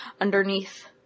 underneath